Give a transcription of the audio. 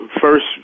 first